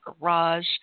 garage